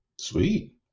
Sweet